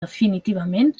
definitivament